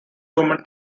woman